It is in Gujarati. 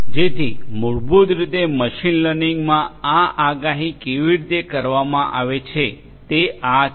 જેથી મૂળભૂત રીતે મશીન લર્નિંગમાં આ આગાહી કેવી રીતે કરવામાં આવે છે તે આ છે